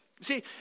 See